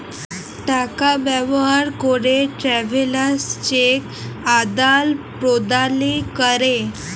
টাকা ব্যবহার ক্যরে ট্রাভেলার্স চেক আদাল প্রদালে ক্যরে